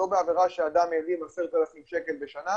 לא בעבירה שאדם העלים 10,000 שקל בשנה,